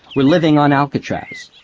were living on alcatraz.